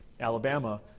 alabama